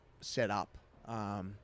setup